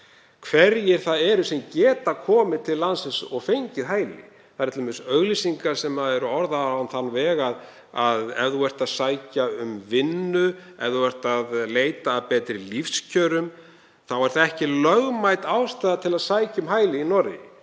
hverjir það eru sem geta komið til landsins og fengið hæli. Það eru t.d. auglýsingar sem eru orðaðar á þann veg að ef þú ert að sækja um vinnu, ef þú ert að leita að betri lífskjörum sé það ekki lögmæt ástæða til að sækja um hæli í Noregi.